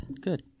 Good